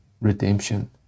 redemption